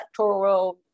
sectoral